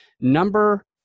Number